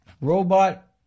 Robot